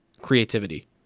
creativity